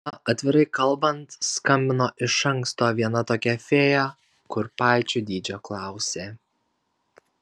na atvirai kalbant skambino iš anksto viena tokia fėja kurpaičių dydžio klausė